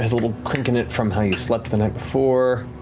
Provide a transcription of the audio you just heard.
a little crick in it from how you slept the night before,